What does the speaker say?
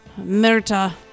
Mirta